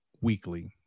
weekly